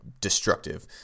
destructive